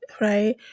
right